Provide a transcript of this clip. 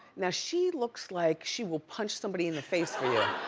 now, she looks like she will punch somebody in the face for you.